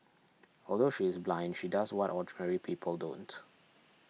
although she is blind she does what ordinary people don't